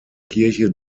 kirche